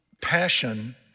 passion